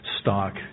stock